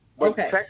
Okay